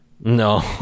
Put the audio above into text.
no